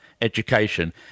education